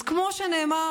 אז כמו שנאמר,